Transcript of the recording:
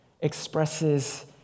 expresses